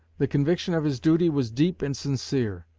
the conviction of his duty was deep and sincere.